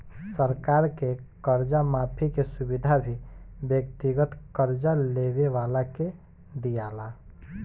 सरकार से कर्जा माफी के सुविधा भी व्यक्तिगत कर्जा लेवे वाला के दीआला